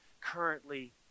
currently